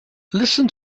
listen